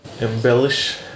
embellish